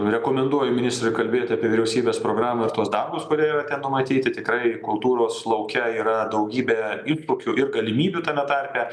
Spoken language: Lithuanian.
rekomenduoju ministrui kalbėt apie vyriausybės programą ir tuos darbus kurie yra ten numatyti tikrai kultūros lauke yra daugybė iššūkių ir galimybių tame tarpe